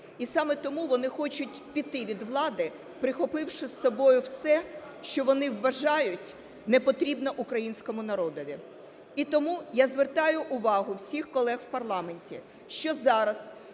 і саме тому вони хочуть піти від влади, прихопивши із собою все, що, вони вважають, непотрібно українському народові. І тому я звертаю увагу всіх колег в парламенті, що зараз